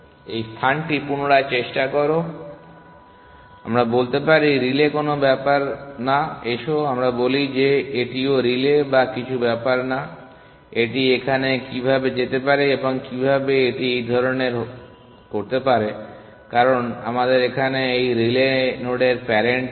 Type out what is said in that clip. এই স্থানটি পুনরায় চেষ্টা করো আমরা বলতে পারি রিলে কোন ব্যাপার না এসো আমরা বলি এটিও রিলে বা কিছু ব্যাপার না এটি এখানে কীভাবে যেতে পারে এবং কীভাবে এটি এই ধরনের করতে পারে কারণ আমাদের এখানে এই রিলে নোডের প্যারেন্ট নেই